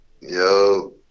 Yo